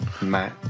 Matt